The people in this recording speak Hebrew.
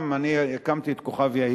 אני אספר לך, פעם אני הקמתי את כוכב-יאיר,